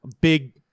big